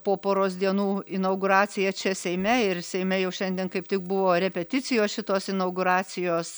po poros dienų inauguracija čia seime ir seime jau šiandien kaip tik buvo repeticijos šitos inauguracijos